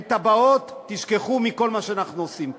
אין תב"עות, תשכחו מכל מה שאנחנו עושים פה.